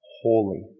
holy